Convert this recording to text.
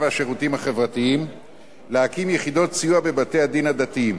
והשירותים החברתיים להקים יחידות סיוע בבתי-הדין הדתיים,